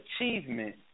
achievement